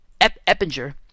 Eppinger